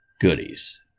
goodies